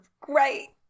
great